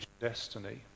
destiny